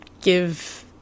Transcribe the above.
give